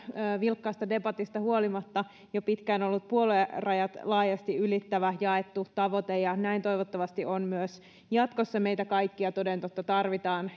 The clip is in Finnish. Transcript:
vilkkaasta debatista huolimatta jo pitkään ollut puoluerajat laajasti ylittävä jaettu tavoite ja näin toivottavasti on myös jatkossa meitä kaikkia toden totta tarvitaan